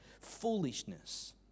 foolishness